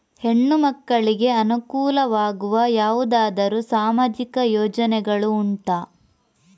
ಹೆಣ್ಣು ಮಕ್ಕಳಿಗೆ ಅನುಕೂಲವಾಗುವ ಯಾವುದಾದರೂ ಸಾಮಾಜಿಕ ಯೋಜನೆಗಳು ಉಂಟಾ?